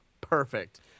Perfect